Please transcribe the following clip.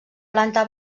planta